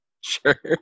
Sure